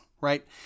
right